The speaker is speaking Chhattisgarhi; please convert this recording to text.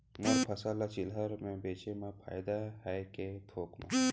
मोर फसल ल चिल्हर में बेचे म फायदा है के थोक म?